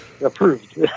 Approved